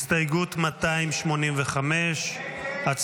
285. הסתייגות 285,